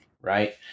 Right